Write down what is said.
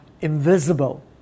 invisible